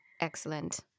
Excellent